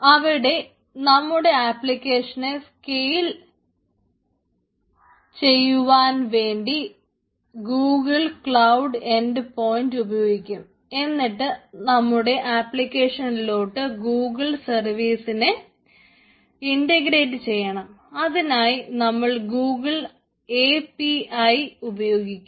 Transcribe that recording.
അവിടെ നമ്മുടെ ആപ്ലിക്കേഷനെ സ്കെയിൽ ചെയ്യുവാൻ വേണ്ടി ഗൂഗിൾ ക്ലൌഡ് എൻഡ് പോയിൻറ് ഉപയോഗിക്കുന്നു